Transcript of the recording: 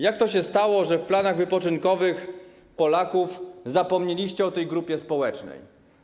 Jak to się stało, że w planach wypoczynkowych Polaków zapomnieliście o tej grupie społecznej?